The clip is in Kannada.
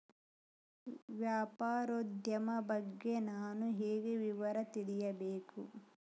ವ್ಯಾಪಾರೋದ್ಯಮ ಬಗ್ಗೆ ನಾನು ಹೇಗೆ ವಿವರ ತಿಳಿಯಬೇಕು?